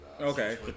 Okay